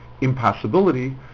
impossibility